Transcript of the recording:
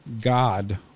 God